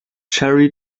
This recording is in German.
cherry